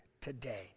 today